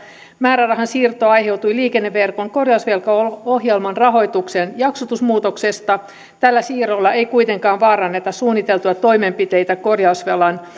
määrärahan siirto aiheutui liikenneverkon korjausvelkaohjelman rahoituksen jaksotusmuutoksesta tällä siirrolla ei kuitenkaan vaaranneta suunniteltuja toimenpiteitä korjausvelan